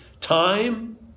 time